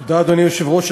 תודה, אדוני היושב-ראש.